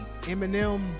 Eminem